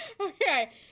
Okay